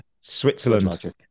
Switzerland